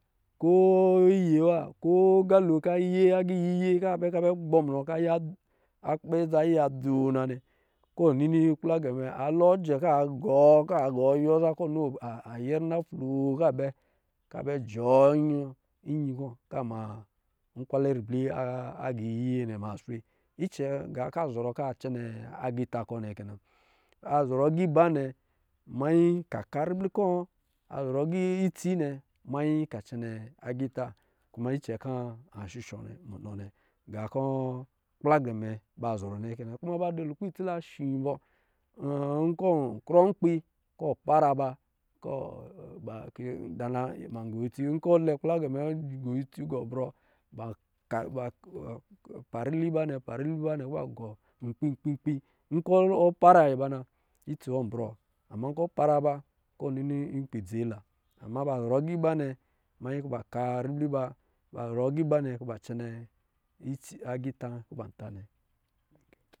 Ko iyee wa ko agā ka ye agā yiyee ka bɛ ka bɛ gbɔ munɔ kɔ̄ a yiya dzoo akpɛ yi ya dzoo na nnɛ kɔ̄ nini kplagɛmɛ a loo jɛ la gɔ ka gɔ yiwɔ za kɔ̄ nini a yɛrina floo ka bɛ ka bɛ jɔɔ ayi-nyi kɔ̄ ka mankwalɛ ribli a agā iyiyee nnɛ ma swe. Kɛɛ, gā kɔ̄ a zɔrɔ ka cɛnɛ agita kɔ̄ nnɛ kɛ na a zɔrɔ aga iba nnɛ manyi kɔ̄ a ka ribli ko a zɔrɔ yi aga ots nnɛ manyi kɔ̄ a cɛnɛ agita kuma icɛ ka an shushɔ nnɛ, munɔ nnɛ gā gbla gɛmɛ ba zɔrɔ nnɛ kɛna. Ku ba da lukpɛ itsila shi bɔ nkɔ̄ ɔ krɔ nkpi kɔ̄ ɔ para ba kɔ̄ ba, kɛ dana ban gɔ itsi nkɔ̄ lɛ gblagɛnɛ bɛ gɔ itsi gɔ bre parili ba nnɛ-parili ba nnɛ kɔ̄ ba gɔ nkpi- kpin-nkpin, nkɔ za para iba na, itsin an brɔ wa. ma nkɔ̄ para ba, kɔ̄ nini nkpi dzela ama la zɔrɔ agā iba nnɛ manyi kɔ̄ ba ku ribli ba kɔ̄ ba cɛnɛ itsi, agita kɔ̄ ba ta nnɛ